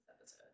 episode